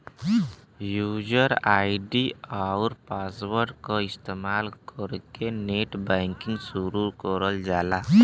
user ID आउर password क इस्तेमाल कइके नेटबैंकिंग शुरू करल जाला